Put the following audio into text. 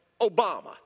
Obama